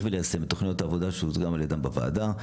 וליישם את תוכניות העבודה שהוצגו על ידם בוועדה.